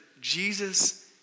Jesus